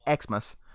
Xmas